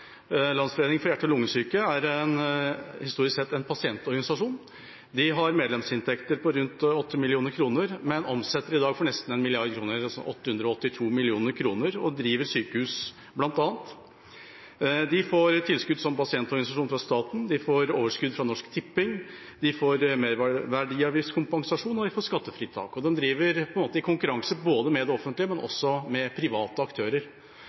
for hjerte- og lungesyke er historisk sett en pasientorganisasjon. De har medlemsinntekter på rundt 8 mill. kr, men omsetter i dag for nesten 1 mrd. kr – altså 882 mill. kr – og driver bl.a. sykehus. De får som pasientorganisasjon tilskudd fra staten. De får overskudd fra Norsk Tipping. De får merverdiavgiftskompensasjon og skattefritak. De driver på en måte i konkurranse med både det offentlige og private